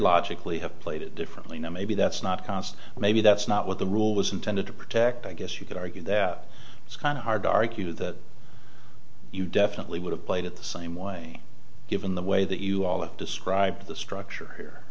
logically have played it differently now maybe that's not const maybe that's not what the rule was intended to protect i guess you could argue that it's kind of hard to argue that you definitely would have played at the same way given the way that you all describe the structure